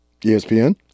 ESPN